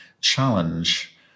challenge